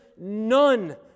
none